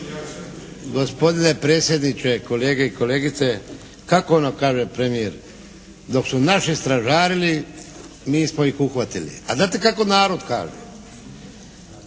Gospodine predsjedniče, kolege i kolegice, kako ono kaže premijer. Dok su naši stražarili mi smo ih uhvatili, a znate kako narod kaže,